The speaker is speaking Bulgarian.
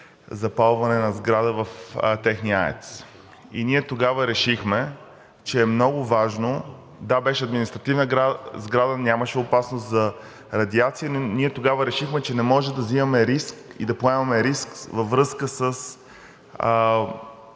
запалване на сграда в техния АЕЦ. Ние тогава решихме, че е много важно – да, беше административна сграда, нямаше опасност за радиация, но ние тогава решихме, че не можем да поемаме риск във връзка с